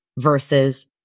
versus